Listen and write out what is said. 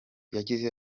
yagize